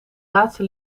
laatste